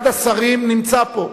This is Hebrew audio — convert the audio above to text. אחד השרים נמצא פה.